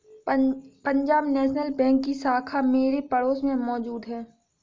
Punjab National Bank की शाखा मेरे पड़ोस में मौजूद है